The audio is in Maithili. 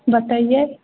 बतैयै